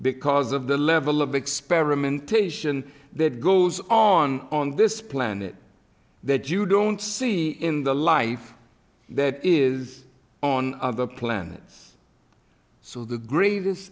because of the level of experimentation that goes on on this planet that you don't see in the life that is on the planet so the gr